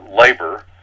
labor